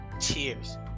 Cheers